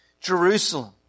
Jerusalem